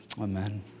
amen